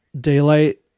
Daylight